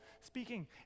speaking